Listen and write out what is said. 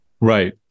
Right